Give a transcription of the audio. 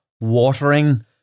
watering